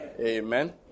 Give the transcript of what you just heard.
Amen